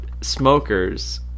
smokers